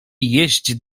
jeść